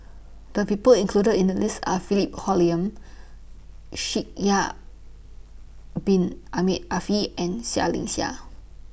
The People included in The list Are Philip Hoalim Shaikh Yahya Bin Ahmed Afifi and Seah Liang Seah